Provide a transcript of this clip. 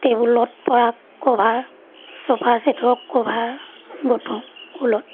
টেবুলত পৰা কভাৰ চোফাৰ চেটৰ কভাৰ বতোঁ ঊলত